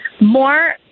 more